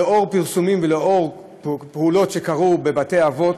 לנוכח פרסומים על פעולות שקרו בבתי-אבות,